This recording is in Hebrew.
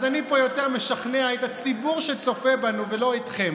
אז אני פה יותר משכנע את הציבור שצופה בנו ולא אתכם,